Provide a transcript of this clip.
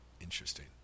interesting